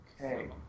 Okay